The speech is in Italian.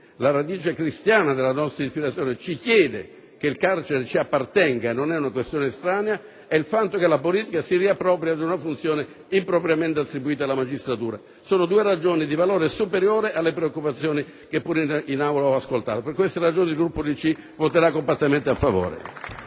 la radice cristiana della nostra ispirazione ci chiede che il carcere ci appartenga e non sia una questione estranea ed il fatto che la politica in questo modo si riapproprierà di una funzione impropriamente attribuita alla magistratura. Sono due ragioni di valore superiore alle preoccupazioni che pure in Aula ho ascoltato. Per queste ragioni il Gruppo dell'UDC voterà compattamente a favore.